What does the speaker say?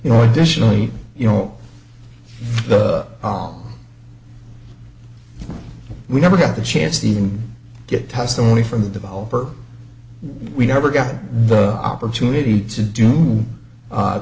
you know additionally you know the we never got the chance to even get testimony from the developer we never got the opportunity to do